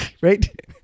right